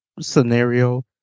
scenario